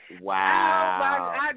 Wow